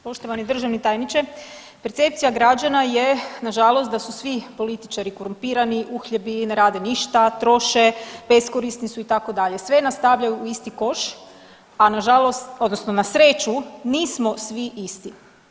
Poštovani državni tajniče, percepcija građana je nažalost da su svi političari korumpirani, uhljebi ne rade ništa, troše, beskorisni su itd., sve nas stavljaju u isti koš, a na žalost odnosno na sreću nismo svi isti.